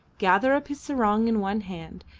gather up his sarong in one hand,